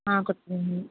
ஆ கொடுத்துருங்க